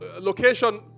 location